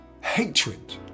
Hatred